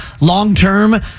long-term